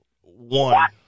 One